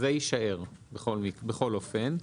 זה יישאר בכל אופן.